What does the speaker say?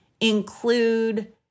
include